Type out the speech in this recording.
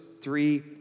three